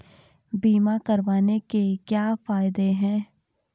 बीमा करवाने के क्या फायदे हैं?